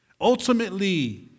Ultimately